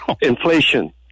Inflation